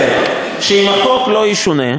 אין לי ספק שאם החוק לא ישונה,